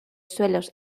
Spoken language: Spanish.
suelos